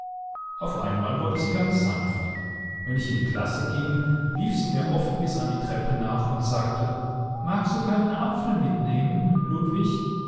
auf einmal wurde sie ganz sanft wenn ich in die klasse ging lief sie mir oft bis an die treppe nach und sagte magst du keinen apfel mitnehmen ludwig